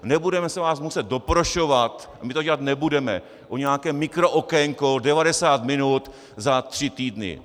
Nebudeme se vás muset doprošovat a my to dělat nebudeme o nějaké mikrookénko 90 minut za tři týdny.